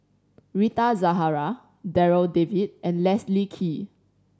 Rita Zahara Darryl David and Leslie Kee